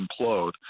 implode